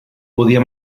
podia